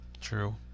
True